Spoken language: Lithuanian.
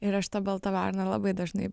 ir aš ta balta varna labai dažnai